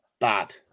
bad